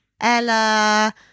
Ella